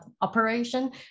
operation